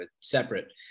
separate